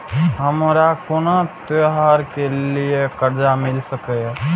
हमारा कोनो त्योहार के लिए कर्जा मिल सकीये?